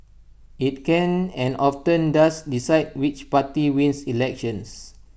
IT can and often does decide which party wins elections